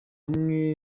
hamwe